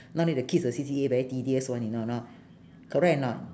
nowadays the kids the C_C_A very tedious [one] you know or not correct or not